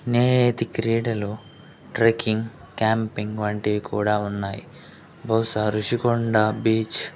నేతి క్రీడలు trekking camping వంటివి కూడా ఉన్నాయి బహుశా రుషికొండ బీచ్